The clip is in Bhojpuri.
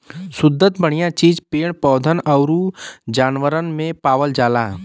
सुद्ध बढ़िया चीज पेड़ पौधन आउर जानवरन में पावल जाला